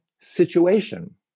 situation